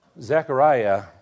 Zechariah